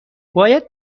باید